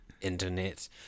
internet